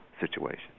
situation